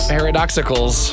Paradoxicals